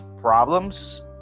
problems